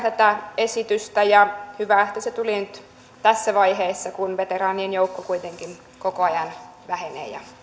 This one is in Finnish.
tätä esitystä ja hyvä että se tuli nyt tässä vaiheessa kun veteraanien joukko kuitenkin koko ajan vähenee ja